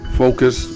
focus